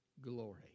glory